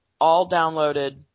all-downloaded –